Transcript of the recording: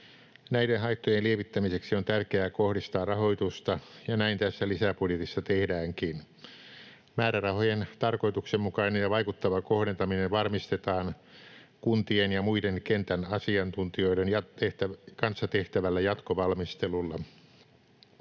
Näiden haittojen lievittämiseksi on tärkeää kohdistaa rahoitusta, ja näin tässä lisäbudjetissa tehdäänkin. Määrärahojen tarkoituksenmukainen ja vaikuttava kohdentaminen varmistetaan kuntien ja muiden kentän asiantuntijoiden kanssa tehtävällä jatkovalmistelulla.